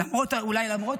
אולי למרות,